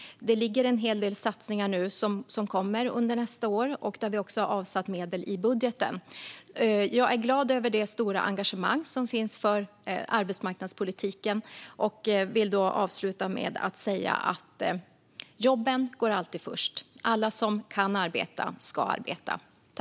En hel del satsningar är på gång och kommer nästa år, och vi har avsatt medel för detta i budgeten. Jag är glad över det stora engagemang som finns för arbetsmarknadspolitiken och vill avsluta med att säga att jobben alltid går först. Alla som kan arbeta ska arbeta.